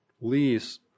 lease